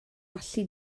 allu